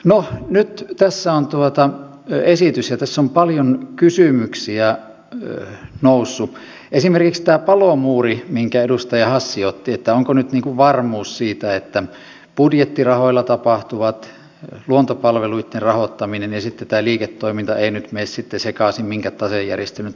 no nyt tässä on esitys ja tässä on paljon kysymyksiä noussut esimerkiksi tämä palomuuri minkä edustaja hassi otti että onko nyt varmuus siitä että budjettirahoilla tapahtuvat luontopalveluitten rahoittaminen ja sitten tämä liiketoiminta eivät nyt mene sekaisin minkään tasejärjestelmän tai muunkaan kautta